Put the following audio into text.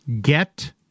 Get